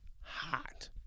Hot